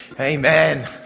Amen